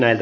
asia